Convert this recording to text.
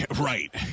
Right